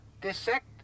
Dissect